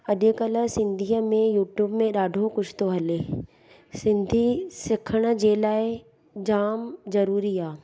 अॾुकल्ह सिंधीअ में यूट्यूब में ॾाढो कुझु थो हले सिंधी सिखण जे लाइ जाम ज़रूरी आहे